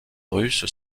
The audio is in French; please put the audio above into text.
russe